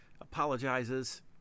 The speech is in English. apologizes